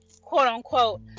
quote-unquote